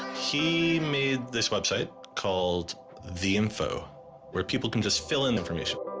he made this website called the info where people could just fill in information